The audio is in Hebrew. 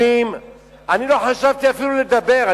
אני לא חשבתי אפילו לדבר,